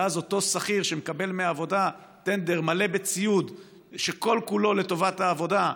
ואז אותו שכיר שמקבל מהעבודה טנדר מלא בציוד שכל-כולו לטובת העבודה,